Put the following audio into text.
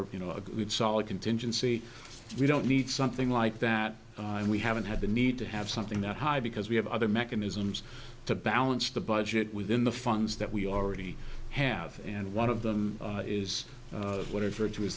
a you know a good solid contingency we don't need something like that and we haven't had the need to have something that high because we have other mechanisms to balance the budget within the funds that we already have and one of them is whatever it was